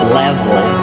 level